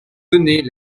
donner